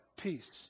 peace